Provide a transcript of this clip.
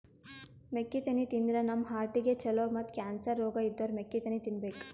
ಮೆಕ್ಕಿತೆನಿ ತಿಂದ್ರ್ ನಮ್ ಹಾರ್ಟಿಗ್ ಛಲೋ ಮತ್ತ್ ಕ್ಯಾನ್ಸರ್ ರೋಗ್ ಇದ್ದೋರ್ ಮೆಕ್ಕಿತೆನಿ ತಿನ್ಬೇಕ್